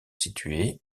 située